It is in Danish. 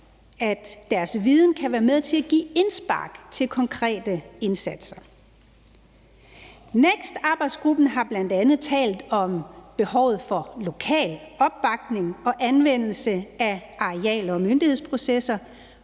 at deres viden kan være med til at give indspark til konkrete indsatser. NEKST-arbejdsgruppen har bl.a. talt om behovet for lokal opbakning og anvendelse af areal- og myndighedsprocesser,